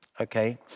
okay